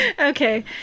okay